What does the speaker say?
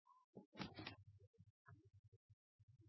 ho.